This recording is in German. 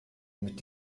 mit